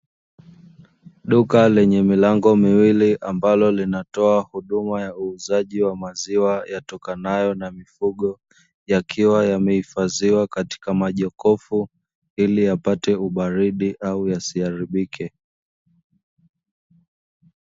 Duka lenye milango miwili ambalo linatoa huduma ya uuzaji wa maziwa yatokanayo na mifugo, yakiwa yamehifadhiwa katika majokofu ili yapate ubaridi ili isiharibike.